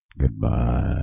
Goodbye